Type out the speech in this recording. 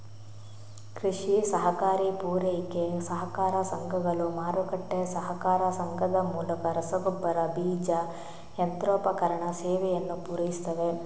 ಕೃಷಿ ಸಹಕಾರಿ ಪೂರೈಕೆ ಸಹಕಾರ ಸಂಘಗಳು, ಮಾರುಕಟ್ಟೆ ಸಹಕಾರ ಸಂಘದ ಮೂಲಕ ರಸಗೊಬ್ಬರ, ಬೀಜ, ಯಂತ್ರೋಪಕರಣ ಸೇವೆಯನ್ನು ಪೂರೈಸುತ್ತವೆ